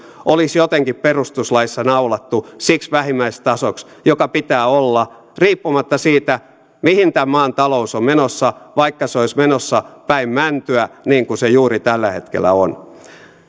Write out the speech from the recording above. olisi jotenkin perustuslaissa naulattu siksi vähimmäistasoksi joka pitää olla riippumatta siitä mihin tämän maan talous on menossa vaikka se olisi menossa päin mäntyä niin kuin se juuri tällä hetkellä on